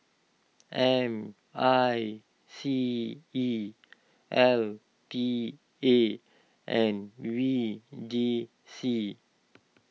M I C E L T A and V J C